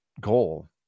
goal